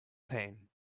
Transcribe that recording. pain